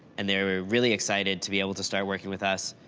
and they're really excited to be able to start working with us,